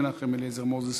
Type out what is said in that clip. מנחם אליעזר מוזס,